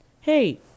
hey